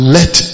let